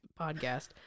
podcast